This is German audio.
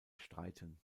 streiten